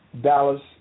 Dallas